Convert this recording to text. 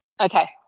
okay